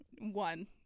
One